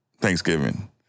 Thanksgiving